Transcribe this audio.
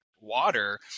water